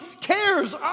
cares